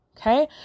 Okay